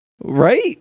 Right